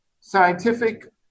scientific